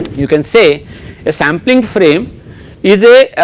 you can say the sampling frame is